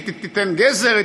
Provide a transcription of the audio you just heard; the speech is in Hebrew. היא תיתן גזר,